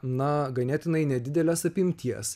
na ganėtinai nedidelės apimties